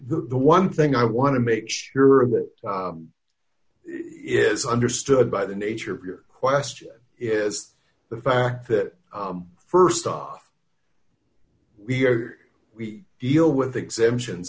that the one thing i want to make sure that it is understood by the nature of your question is the fact that st off we are we deal with exemptions